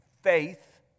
faith